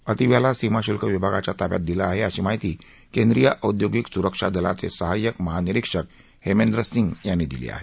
अतिव याला सीमाश्ल्क विभा च्या ताब्यात दिलं आहे अशी माहिती केंद्रीय औदयो िक स्रक्षा दलाचे सहाय्यक महानिरीक्षक हेमेंद्र सिंह यांनी दिली आहे